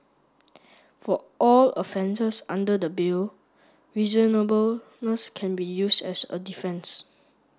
for all offences under the Bill reasonableness can be used as a defence